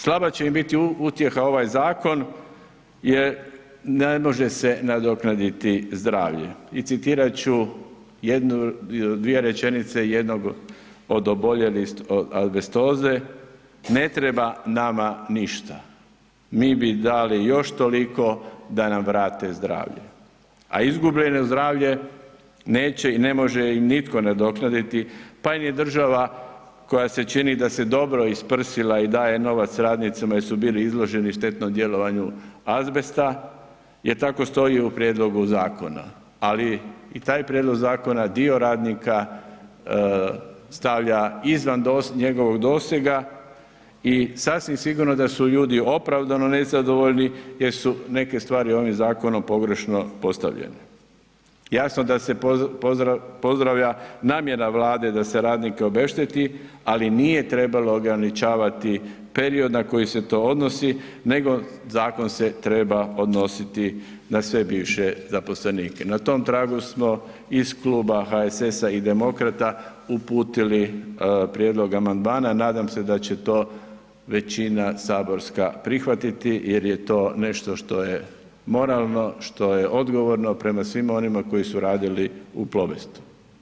Slaba će im biti utjeha ovaj zakon jer ne može se nadoknaditi zdravlje i citirat ću jednu, dvije rečenice jednog od oboljelih od azbestoze, ne treba nama ništa, mi bi dali još toliko da nam vrate zdravlje, a izgubljeno zdravlje neće i ne može im nitko nadoknaditi, pa ni država koja se čini da se dobro isprsila i daje novac radnicima jer su bili izloženi štetnom djelovanju azbesta jer tako stoji u prijedlogu zakona, ali i taj prijedlog zakona dio radnika stavlja izvan njegovog dosega i sasvim sigurno da su ljudi opravdano nezadovoljni jer su neke stvari ovim zakonom pogrešno postavljene, jasno da se pozdravlja namjera Vlade da se radnike obešteti, ali nije trebalo ograničavati period na koji se to odnosi, nego zakon se treba odnositi na sve bivše zaposlenike, na tom tragu smo iz Kluba HSS-a i Demokrata uputili prijedlog amandmana, nadam se da će to većina saborska prihvatiti jer je to nešto što je moralno, što je odgovorno prema svima onima koji su radili u Plobest.